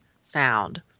sound